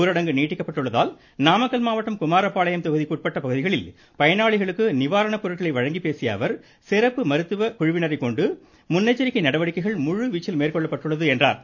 ஊரடங்கு நீடிக்கப்பட்டுள்ளதால் நாமக்கல் மாவட்டம் குமாரபாளையம் தொகுதிக்கு உட்பட்ட பகுதிகளில் பயனாளிகளுக்கு நிவாரணப் பொருள்களை வழங்கி பேசிய அவர் சிறப்பு மருத்துவ குழுவினரை கொண்டு முன் எச்சரிக்கைகள் முழுவீச்சில் மேற்கொள்ளப்பட்டுள்ளது என்றார்